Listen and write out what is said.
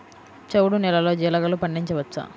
చవుడు నేలలో జీలగలు పండించవచ్చా?